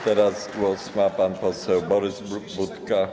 Teraz głos ma pan poseł Borys Budka.